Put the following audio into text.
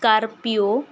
scorpio